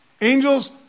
Angels